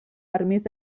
permís